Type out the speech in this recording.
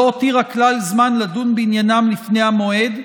הותירה זמן לדון בעניינם לפני המועד,